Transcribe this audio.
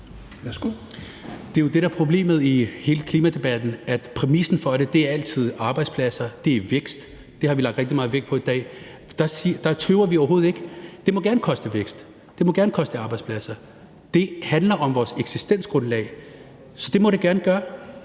Det er jo det, der er problemet i hele klimadebatten. Præmissen for det er altid arbejdspladser og vækst. Det har vi lagt rigtig meget vægt på i dag. Der tøver vi overhovedet ikke; det må gerne koste vækst, og det må gerne koste arbejdspladser. Det handler om vores eksistensgrundlag, så det må det gerne gøre.